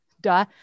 Duh